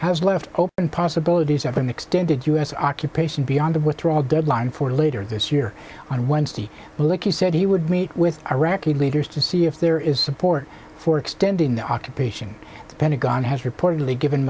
has left open possibilities of an extended u s occupation beyond the withdrawal deadline for later this year on wednesday like he said he would meet with iraqi leaders to see if there is support for extending the occupation the pentagon has reportedly given